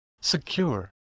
secure